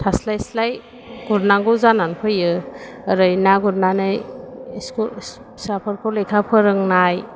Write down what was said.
थास्लायस्लाय गुरनांगौ जानानै फैयो ओरै ना गुरनानै स्कुल फिसाफोरखौ लेखा फोरोंनाय